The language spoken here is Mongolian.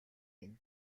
гэнэ